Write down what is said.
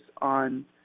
on